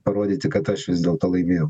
parodyti kad aš vis dėlto laimėjau